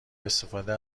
استفاده